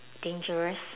dangerous